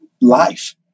life